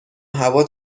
هوا